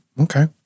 Okay